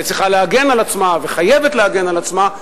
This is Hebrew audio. צריכה להגן על עצמה וחייבת להגן על עצמה,